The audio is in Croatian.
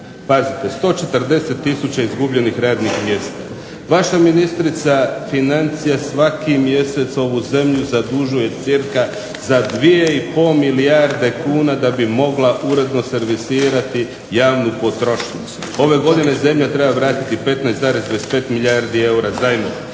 pazite 140 tisuća izgubljenih radnih mjesta, vaša ministrica financija svaki mjesec ovu zemlju zadužuje cca za 2,5 milijarde kuna da bi mogla uredno servisirati javnu potrošnju. Ove godine zemlja treba vratiti 15,25 milijardi eura zajmova.